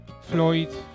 Floyd